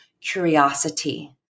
curiosity